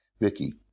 Vicky